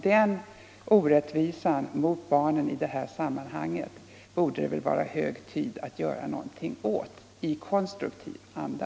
Den orättvisan mot barn i dessa sammanhang borde det vara hög tid att göra någonting åt i konstruktiv anda.